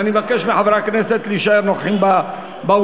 אז אני מבקש מחברי הכנסת להישאר נוכחים באולם.